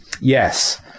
Yes